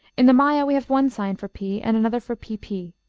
in the maya we have one sign for p, and another for pp.